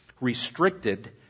restricted